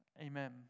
Amen